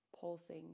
Pulsing